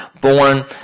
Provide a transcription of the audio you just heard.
born